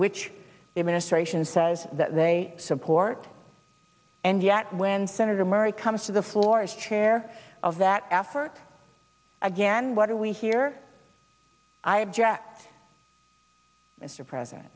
which administration says that they support and yet when senator murray comes to the floor as chair of that effort again what do we here i object mr president